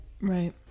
Right